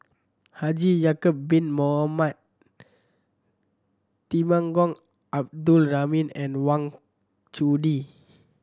Haji Ya'acob Bin Mohamed Temenggong Abdul Rahman and Wang Chunde